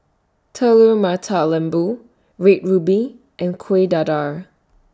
Telur Mata Lembu Red Ruby and Kueh Dadar